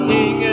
King